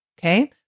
Okay